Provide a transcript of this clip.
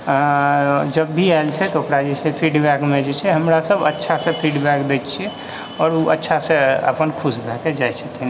आँ जब भी आयल छै तऽ ओकरा जे छै फीडबैकमे जे छै हमरासभ अच्छासँ फीडबैक दैय छियै आओर ओ अच्छासँ अपन खुश भयके जाइ छथिन